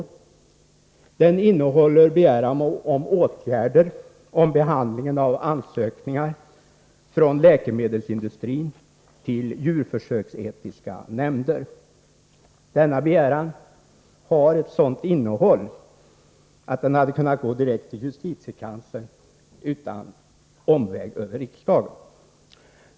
Den innehåller begäran om åtgärder beträffande behandlingen av ansökningar från läkemedelsindustrin till djurförsöksetiska nämnder. Denna begäran har ett sådant innehåll att den hade kunnat gå direkt till justitiekanslern utan omväg över riksdagen.